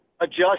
adjust